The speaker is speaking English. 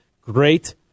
Great